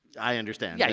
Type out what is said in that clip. i understand. yeah